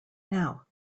now